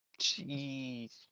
Jeez